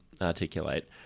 articulate